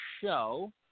show –